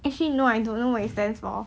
actually no I don't know what it stands for